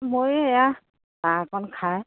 মইও এয়া চাহ অকণ খাই